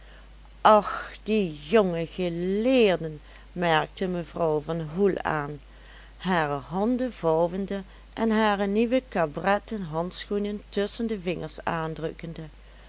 och die jonge geleerden merkte mevrouw van hoel aan hare handen vouwende en hare nieuwe cabretten handschoenen tusschen de vingers aandrukkende